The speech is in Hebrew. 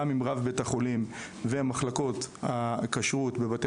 גם עם רב בית החולים ומחלקות הכשרות בבתי